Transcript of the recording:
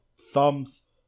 Thumbs